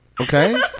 Okay